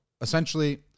essentially